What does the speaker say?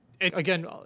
again